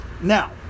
Now